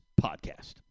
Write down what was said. podcast